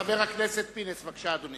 חבר הכנסת פינס, בבקשה, אדוני.